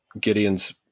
Gideon's